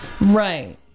Right